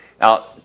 Now